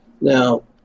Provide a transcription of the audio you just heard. Now